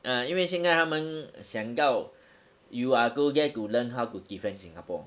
ah 因为现在他们想要 you are go there to learn how to defend singapore